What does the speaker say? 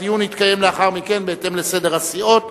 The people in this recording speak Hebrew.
הדיון יתקיים לאחר מכן בהתאם לסדר הסיעות.